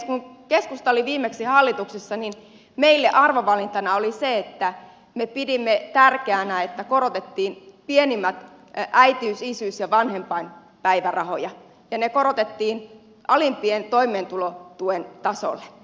kun keskusta oli viimeksi hallituksessa niin meille arvovalinta oli se että me pidimme tärkeänä että korotettiin pienimpiä äitiys isyys ja vanhempainpäivärahoja ja ne korotettiin alimman toimeentulotuen tasolle